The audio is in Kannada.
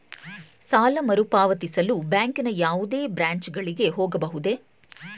ಸಾಲ ಮರುಪಾವತಿಸಲು ಬ್ಯಾಂಕಿನ ಯಾವುದೇ ಬ್ರಾಂಚ್ ಗಳಿಗೆ ಹೋಗಬಹುದೇ?